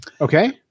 Okay